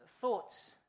thoughts